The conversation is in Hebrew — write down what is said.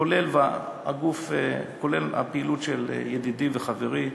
כולל הפעילות של ידידי וחברי,